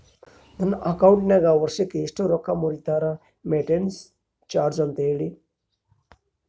ನನ್ನ ಅಕೌಂಟಿನಾಗ ವರ್ಷಕ್ಕ ಎಷ್ಟು ರೊಕ್ಕ ಮುರಿತಾರ ಮೆಂಟೇನೆನ್ಸ್ ಚಾರ್ಜ್ ಅಂತ ಹೇಳಿ?